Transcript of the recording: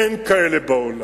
אין כאלה בעולם.